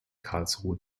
karlsruhe